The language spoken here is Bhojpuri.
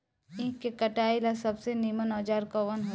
ईख के कटाई ला सबसे नीमन औजार कवन होई?